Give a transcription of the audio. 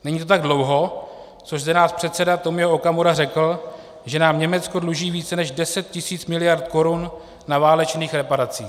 Není to tak dlouho, co zde náš předseda Tomio Okamura řekl, že nám Německo dluží více než deset tisíc miliard korun na válečných reparacích.